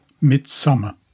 Midsummer